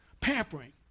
pampering